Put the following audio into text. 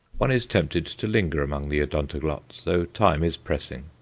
one is tempted to linger among the odontoglots, though time is pressing.